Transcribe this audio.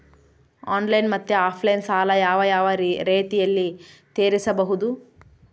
Online ಮತ್ತೆ offline ಸಾಲ ಯಾವ ಯಾವ ರೇತಿನಲ್ಲಿ ತೇರಿಸಬಹುದು?